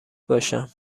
باشم